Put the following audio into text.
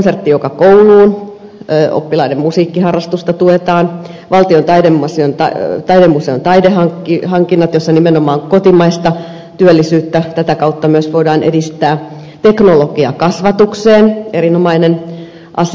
konsertti joka kouluun oppilaiden musiikkiharrastusta tuetaan valtion taidemuseon taidehankinnat jossa nimenomaan kotimaista työllisyyttä tätä kautta myös voidaan edistää teknologiakasvatukseen erinomainen asia